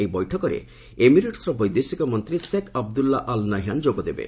ଏହି ବୈଠକରେ ଏମିରେଟ୍ସ୍ର ବୈଦେଶିକ ମନ୍ତ୍ରୀ ଶେକ୍ ଅବଦୁଲ୍ଲୁ ଅଲ୍ ନହ୍ୟାନ୍ ଯୋଗ ଦେବେ